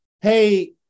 hey